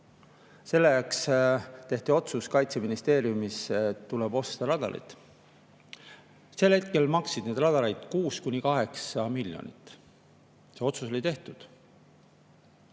Selleks tehti otsus Kaitseministeeriumis, et tuleb osta radarid. Sel hetkel maksid radarid 6–8 miljonit. See otsus oli tehtud,